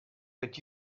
but